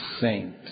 saint